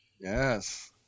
Yes